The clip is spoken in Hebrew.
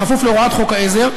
כפוף להוראות חוק העזר,